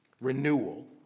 renewal